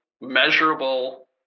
measurable